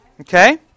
Okay